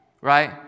right